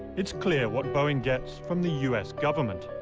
it's clear what boeing gets from the u s. government.